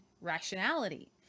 rationality